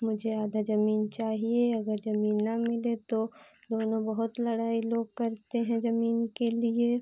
मुझे आधी ज़मीन चाहिए अगर ज़मीन ना मिले तो दोनों बहुत लड़ाई लोग करते हैं ज़मीन के लिए